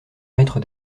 maître